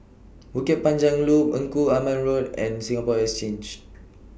Bukit Panjang Loop Engku Aman Road and Singapore Exchange